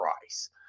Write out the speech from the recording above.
price